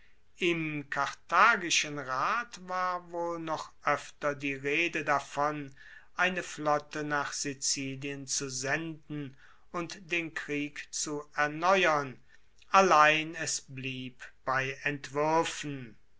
im karthagischen rat war wohl noch oefter die rede davon eine flotte nach sizilien zu senden und den krieg zu erneuern allein es blieb bei entwuerfen